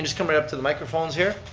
just come right up to the microphones here.